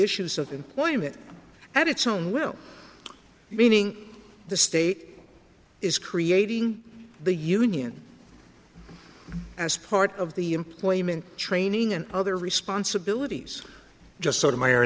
issues of employment at its own will meaning the state is creating the union as part of the employment training and other responsibilities just sort of my